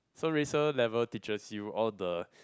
so racer level teaches you all the